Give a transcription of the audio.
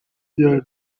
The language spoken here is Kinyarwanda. ryari